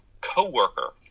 coworker